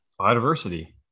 biodiversity